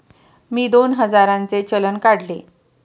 मी दोन हजारांचे चलान काढले